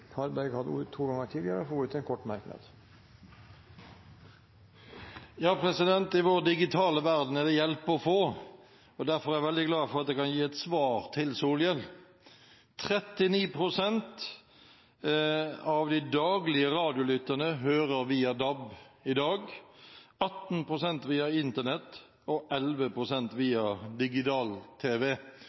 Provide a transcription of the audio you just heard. Harberg har hatt ordet to ganger tidligere og får ordet til en kort merknad, begrenset til 1 minutt. I vår digitale verden er det hjelp å få, og derfor er jeg veldig glad for at jeg kan gi et svar til Solhjell. 39 pst. av de daglige radiolytterne hører via DAB i dag, 18 pst. via Internett og 11 pst. via